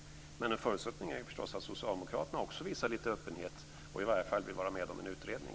Men en förutsättning är ju förstås att Socialdemokraterna också visar lite öppenhet och i alla fall vill vara med om en utredning.